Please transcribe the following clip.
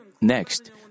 Next